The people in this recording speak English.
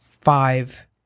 five